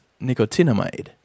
nicotinamide